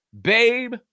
Babe